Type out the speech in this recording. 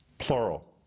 plural